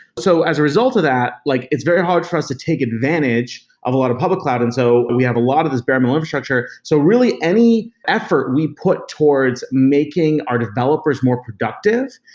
so as a result of that, like it's very hard for us to take advantage of a lot of public cloud, and so we have a lot of this bare-metal structure. so really, any effort we put towards making our developers more productive,